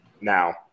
now